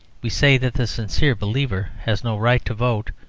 we say that the sincere believer has no right to vote,